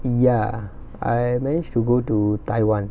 ya I managed to go to taiwan